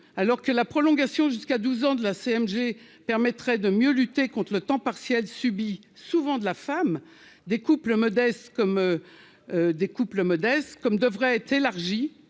alors que la prolongation jusqu'à 12 ans de la CSG permettrait de mieux lutter contre le temps partiel subi souvent de la femme, des couples modestes comme des couples